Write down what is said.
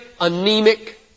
anemic